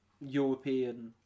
European